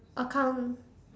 accounts